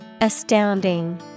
Astounding